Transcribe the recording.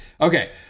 Okay